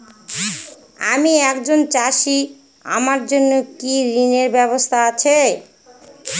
আমি একজন চাষী আমার জন্য কি ঋণের ব্যবস্থা আছে?